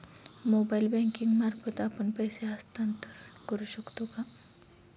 Mobile banking मार्फत आपण पैसे हस्तांतरण करू शकतो का?